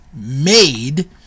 made